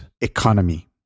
economy